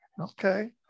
Okay